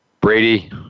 Brady